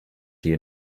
die